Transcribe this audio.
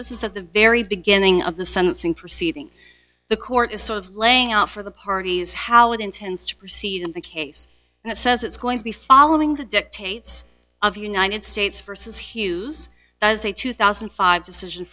this is at the very beginning of the sentencing proceeding the court is sort of laying out for the parties how it intends to proceed in the case and it says it's going to be following the dictates of united states versus hughes was a two thousand and five decision